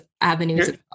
avenues